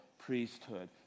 Priesthood